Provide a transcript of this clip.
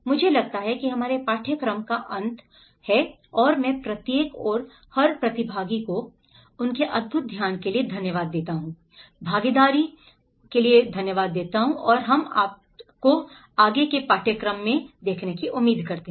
मुझे लगता है कि हमारे पाठ्यक्रम का अंत है और मैं प्रत्येक और हर प्रतिभागी को उनके अद्भुत के लिए धन्यवाद देता हूं भागीदारी और हम आपको आगे के पाठ्यक्रमों में देखने की उम्मीद करते हैं